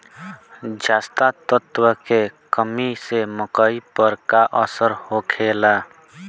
जस्ता तत्व के कमी से मकई पर का असर होखेला?